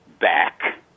back